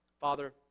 Father